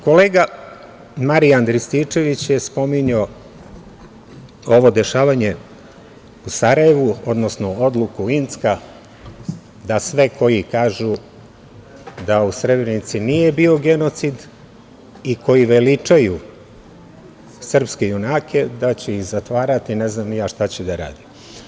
Kolega Marijan Rističević je spominjao ovo dešavanje u Sarajevu, odnosno odluku Incka da sve koji kažu da u Srebrnici nije bio genocid i koji veličaju srpske junake, da će ih zatvarati, ne znam ni ja šta će da rade.